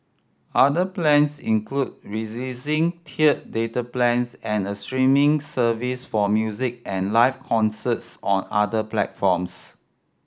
other plans include releasing tiered data plans and a streaming service for music and live concerts on other platforms